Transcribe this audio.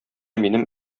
минем